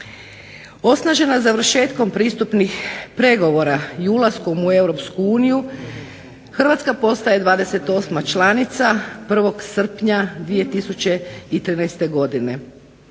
Osnažena završetkom pristupnih pregovora i ulaskom u europsku uniju Hrvatska postaje 28. članica 1. srpnja 2013. godine.